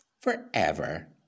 forever